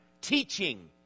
teaching